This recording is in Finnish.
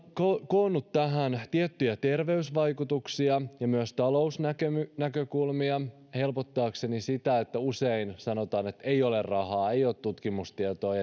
koonnut tähän tiettyjä terveysvaikutuksia ja myös talousnäkökulmia helpottaakseni sitä että usein sanotaan että ei ole rahaa ja ei ole tutkimustietoa